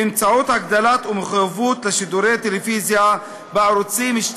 באמצעות הגדלת המחויבות לשידורי טלוויזיה בערוצים 2